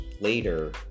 later